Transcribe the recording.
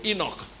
Enoch